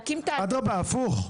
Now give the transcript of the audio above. אדרבא, הפוך.